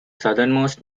southernmost